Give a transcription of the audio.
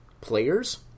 players